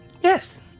Yes